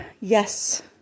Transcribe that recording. yes